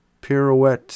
pirouette